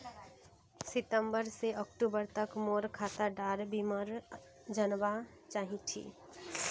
सितंबर से अक्टूबर तक मोर खाता डार विवरण जानवा चाहची?